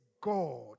God